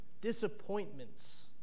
disappointments